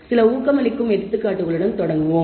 சில ஊக்கமளிக்கும் எடுத்துக்காட்டுகளுடன் தொடங்குவோம்